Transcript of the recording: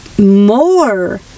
more